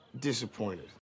disappointed